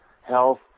health